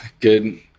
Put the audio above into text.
Good